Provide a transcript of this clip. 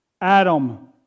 Adam